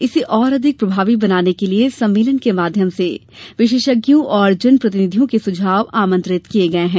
इसे और अधिक प्रभावी बनाने के लिये सम्मेलन के माध्यम से विशेषज्ञों और जन प्रतिनिधियों के सुझाव आमंत्रित किये गये हैं